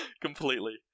completely